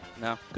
No